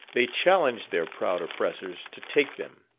they challenged their proud oppressors to take them,